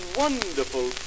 wonderful